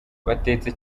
batetse